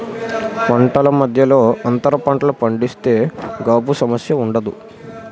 పంటల మధ్యలో అంతర పంటలు పండిస్తే గాబు సమస్య ఉండదు